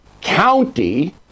county